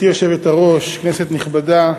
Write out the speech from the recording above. גברתי היושבת-ראש, כנסת נכבדה,